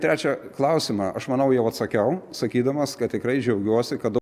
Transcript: trečią klausimą aš manau jau atsakiau sakydamas kad tikrai džiaugiuosi kad